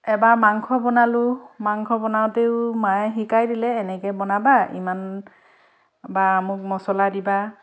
এবাৰ মাংস বনালোঁ মাংস বনাওঁতেও মায়ে শিকাই দিলে এনেকৈ বনাবা ইমান বা অমুক মছলা দিবা